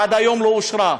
עד היום לא אושרה,